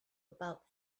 about